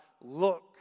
look